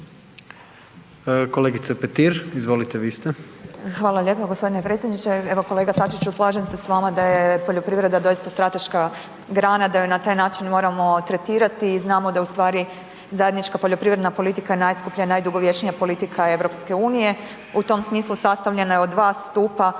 ste. **Petir, Marijana (Nezavisni)** Hvala lijepo g. predsjedniče. Evo kolega Sačiću, slažem se s vama je da poljoprivreda doista strateška grana, da ju na taj način moramo tretirati, znamo da je ustvari zajednička poljoprivredna politika najskuplja i najdugovječnija politika EU-a, u tom smislu sastavljena je od dva stupa,